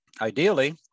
ideally